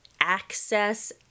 access